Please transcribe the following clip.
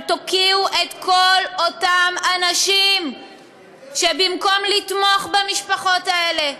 אבל תוקיעו את כל אותם אנשים שבמקום לתמוך במשפחות האלה,